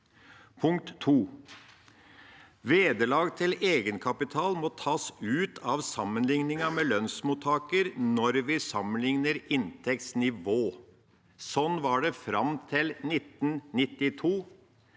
Punkt 2: Vederlag til egenkapital må tas ut av sammenligningen med lønnsmottaker når vi sammenligner inntektsnivå. Slik var det fram til 1992.